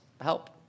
help